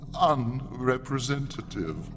unrepresentative